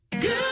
Good